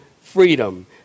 Freedom